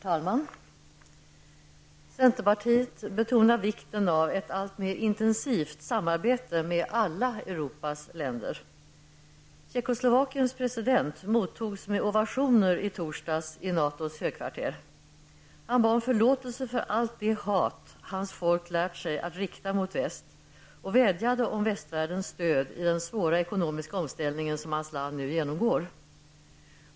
Herr talman! Centerpartiet betonar vikten av ett alltmer intensivt samarbete med alla Europas länder. Tjeckoslovakiens president mottogs i torsdags med ovationer i NATOs högkvarter. Han bad om förlåtelse för allt det hat hans folk lärt sig att rikta mot väst och vädjade om västvärldens stöd i den svåra ekonomiska omställningen som hans land nu genomgår.